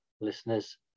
listeners